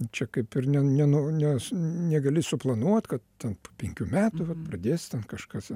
nu čia kaip ir ne ne nu ne negali suplanuot kad ten po penkių metų pradės ten kažkas